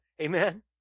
Amen